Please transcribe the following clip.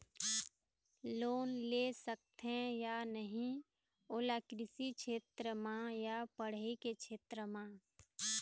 Loan ले सकथे या नहीं ओला कृषि क्षेत्र मा या पढ़ई के क्षेत्र मा?